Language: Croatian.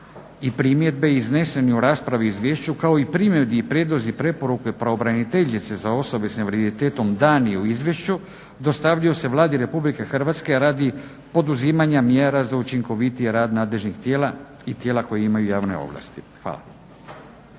i primjedbe izneseni u raspravi o izvješću kao i primjedbe, prijedlozi, preporuke pravobraniteljice za osoba s invaliditetom dane u izvješću dostavljaju se Vladi RH radi poduzimanja mjera za učinkovitiji rad nadležnih tijela i tijela koja imaju javne ovlasti". Hvala.